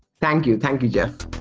thank you. thank you, jeff.